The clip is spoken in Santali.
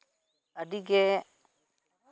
ᱟᱹᱰᱤᱜᱮ